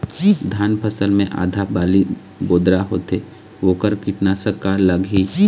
धान फसल मे आधा बाली बोदरा होथे वोकर कीटनाशक का लागिही?